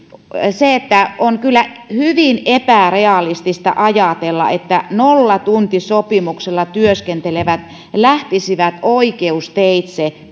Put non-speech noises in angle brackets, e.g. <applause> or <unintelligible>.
se että on kyllä hyvin epärealistista ajatella että nollatuntisopimuksella työskentelevät lähtisivät oikeusteitse <unintelligible>